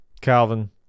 Calvin